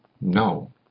No